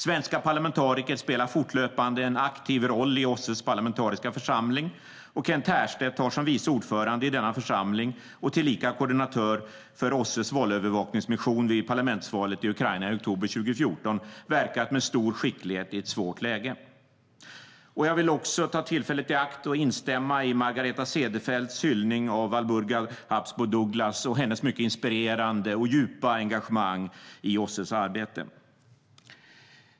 Svenska parlamentariker spelar fortlöpande en aktiv roll i OSSE:s parlamentariska församling. Kent Härstedt har som vice ordförande i denna församling och tillika koordinatör för OSSE:s valövervakningsmission vid parlamentsvalet i Ukraina i oktober 2014 verkat med stor skicklighet i ett svårt läge. Jag vill också ta tillfället i akt och instämma i Margareta Cederfelts hyllning av Walburga Habsburg Douglas och hennes mycket inspirerande och djupa engagemang i OSSE:s arbete.